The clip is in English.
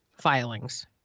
filings